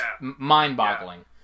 mind-boggling